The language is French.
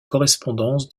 correspondances